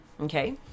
Okay